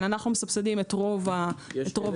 אנחנו מסבסדים את רוב השירות.